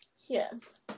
Yes